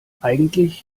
eigentlich